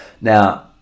Now